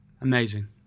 Amazing